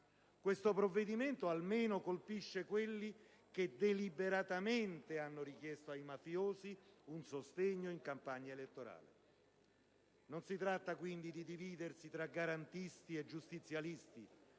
Questo provvedimento almeno colpisce quelli che deliberatamente hanno richiesto ai mafiosi un sostegno in campagna elettorale. Non si tratta, quindi, di dividersi tra garantisti e giustizialisti,